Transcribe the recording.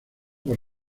por